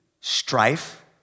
strife